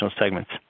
segments